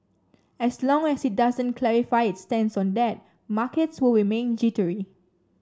as long as it doesn't clarify its stance on that markets will remain jittery